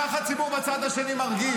כך הציבור בצד השני מרגיש.